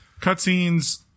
cutscenes